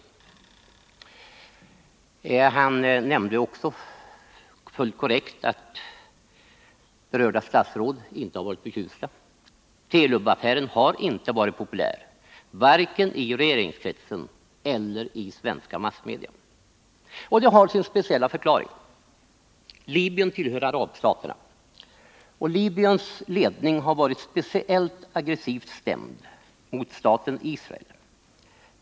Han nämnde också, fullt korrekt, att berörda statsråd inte har varit förtjusta. Telubaffären har inte varit populär, vare sig i regeringskretsen eller i svenska massmedia, och det har sin speciella förklaring. Libyen tillhör arabstaterna, och Libyens ledning har varit speciellt aggressivt stämd mot staten Israel.